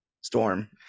storm